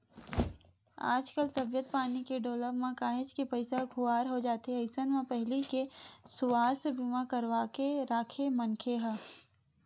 आजकल तबीयत पानी के डोलब म काहेच के पइसा ह खुवार हो जाथे अइसन म पहिली ले सुवास्थ बीमा करवाके के राखे मनखे ह